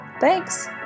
Thanks